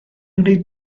wneud